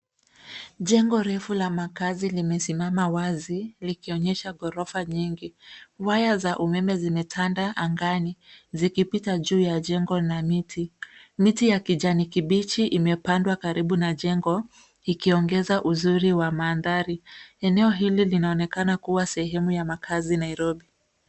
Jengo refu la makazi limesimama wazi likionyesha ghorofa nyingi. Waya za umeme zimetanda angani, zikipita juu ya jengo na miti. Miti ya kijani kibichi imepandwa karibu na jengo ikiongeza uzuri wa mandhari. Eneo hili linaonekana kuwa sehemu ya makazi Nairobi.